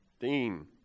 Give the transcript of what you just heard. Dean